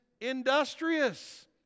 industrious